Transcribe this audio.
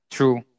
True